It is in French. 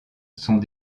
sont